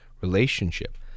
relationship